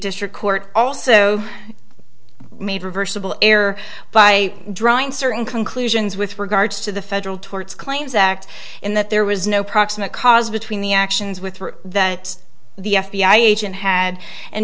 district court also made reversible error by drawing certain conclusions with regards to the federal tort claims act in that there was no proximate cause between the actions with the f b i agent had and